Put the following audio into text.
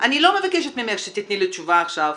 אני לא מבקשת ממך שתיתני לי תשובה עכשיו,